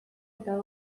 eta